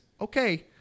Okay